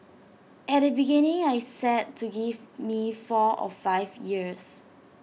at the beginning I said to give me four or five years